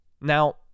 Now